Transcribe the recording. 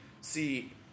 see